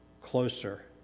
closer